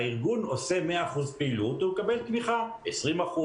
הארגון עושה 100% פעילות ומקבל תמיכה 20%,